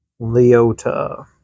Leota